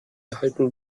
erhalten